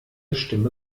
stimme